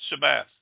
Shabbat